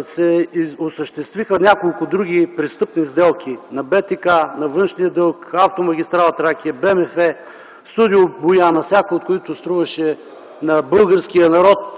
се осъществиха няколко други престъпни сделки – за БТК, за външния дълг, автомагистрала „Тракия”, БМФ, Студио „Бояна”, всяка от които струваше на българския народ